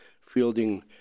fielding